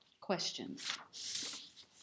Questions